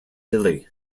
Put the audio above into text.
billy